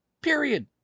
Period